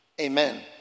Amen